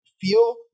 feel